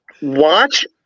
watch